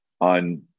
on